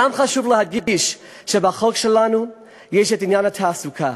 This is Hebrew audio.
חשוב להדגיש שבחוק שלנו יש את עניין התעסוקה.